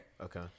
Okay